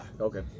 Okay